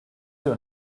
your